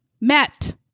Met